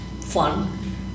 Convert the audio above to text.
fun